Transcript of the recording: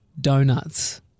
Donuts